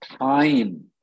time